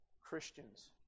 Christians